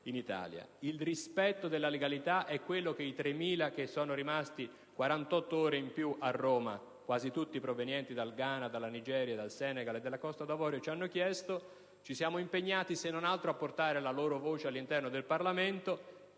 in Italia. Il rispetto della legalità è quanto ci hanno chiesto le 3.000 persone rimaste 48 ore in più a Roma, quasi tutte provenienti dal Ghana, dalla Nigeria, dal Senegal e dalla Costa d'Avorio. Ci siamo impegnati, se non altro, a portare la loro voce all'interno del Parlamento